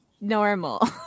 normal